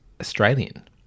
australian